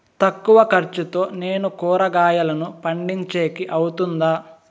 తక్కువ ఖర్చుతో నేను కూరగాయలను పండించేకి అవుతుందా?